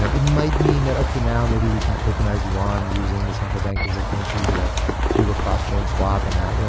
so it might mean that, okay. now maybe we can tokenize yuan using the central bank digital currency, like do a cross-train swap. and you know